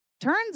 turns